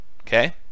Okay